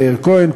מאיר כהן,